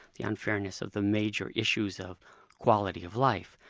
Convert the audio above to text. the unfairness of the major issues of quality of life,